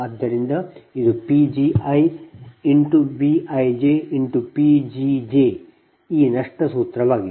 ಆದ್ದರಿಂದ ಇದು P gi B ij P gj ಈ ನಷ್ಟ ಸೂತ್ರವಾಗಿದೆ